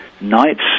nights